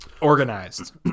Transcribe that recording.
Organized